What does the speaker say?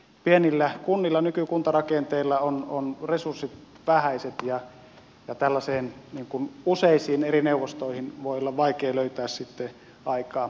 pienillä kunnilla nykykuntarakenteella ovat resurssit vähäiset ja tällaisiin useisiin eri neuvostoihin voi olla vaikea löytää sitten aikaa